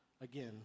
again